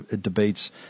debates